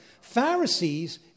Pharisees